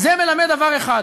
זה מלמד דבר אחד: